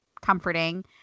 comforting